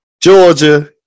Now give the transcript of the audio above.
Georgia